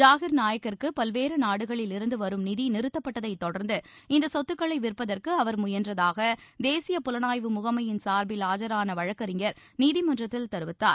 ஜாகீர் நாயக் கிற்கு பல்வேறு நாடுகளிலிருந்து வரும் நிதி நிறுத்தப்பட்டதைத் தொடர்ந்து இந்த சொத்துக்களை விற்பதற்கு அவர் முயன்றதாக தேசிய புலனாய்வு முகைமையின் சார்பில் ஆஜரான வழக்கறிஞர் நீதிமன்றத்தில் தெரிவித்தார்